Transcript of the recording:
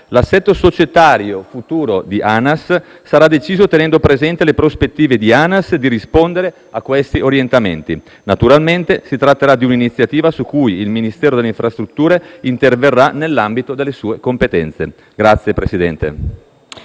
L'assetto societario futuro di ANAS sarà deciso tenendo presente le prospettive di ANAS di rispondere a questi orientamenti. Naturalmente, si tratterà di un'iniziativa su cui il Ministero delle infrastrutture e dei trasporti interverrà nell'ambito delle sue competenze. *(Applausi